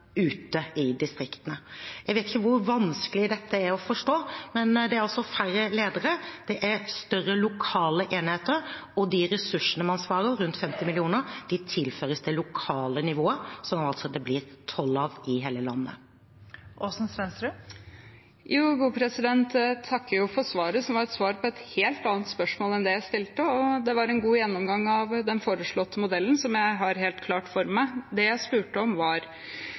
ute i distriktene. Jeg vet ikke hvor vanskelig dette er å forstå, men det er altså færre ledere, det er større lokale enheter, og de ressursene man sparer, rundt 50 mill. kr, tilføres det lokale nivået, som det altså blir tolv av i hele landet. Jeg takker for svaret, som var et svar på et helt annet spørsmål enn det jeg stilte. Det var en god gjennomgang av den foreslåtte modellen, som jeg har helt klart for meg. Det jeg spurte om, var: